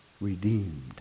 redeemed